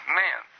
man